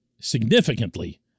significantly